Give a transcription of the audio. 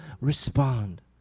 respond